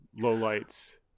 lowlights